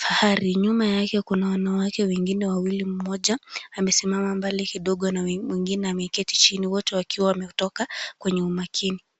farari. Nyuma yake kuna wanawake wengine wawili. Mmoja amesimama mbali kidogo na mwingine ameketi chini. Wote wakiwa wametoka kwenye umakini.